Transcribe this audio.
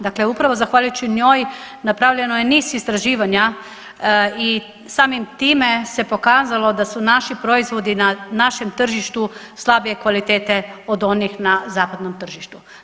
Dakle, upravo zahvaljujući njoj napravljeno je niz istraživanja i samim time se pokazalo da su naši proizvodi na našem tržištu slabije kvalitete od onih na zapadnom tržištu.